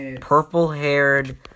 purple-haired